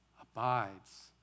Abides